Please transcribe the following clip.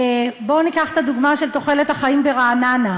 בואו ניקח את הדוגמה של תוחלת החיים ברעננה,